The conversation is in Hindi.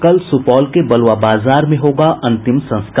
कल सुपौल के बलुआ बाजार में होगा अंतिम संस्कार